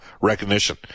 recognition